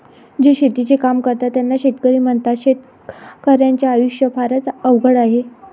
जे शेतीचे काम करतात त्यांना शेतकरी म्हणतात, शेतकर्याच्या आयुष्य फारच अवघड आहे